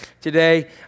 today